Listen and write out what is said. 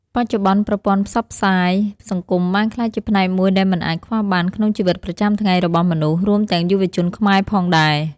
បច្ចុប្បន្ន ប្រព័ន្ធផ្សព្វផ្សាយសង្គមបានក្លាយជាផ្នែកមួយដែលមិនអាចខ្វះបានក្នុងជីវិតប្រចាំថ្ងៃរបស់មនុស្ស រួមទាំងយុវជនខ្មែរផងដែរ។